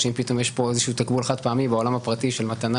שאם פתאום יש פה איזשהו תקבול חד- פעמי בעולם הפרטי של מתנה,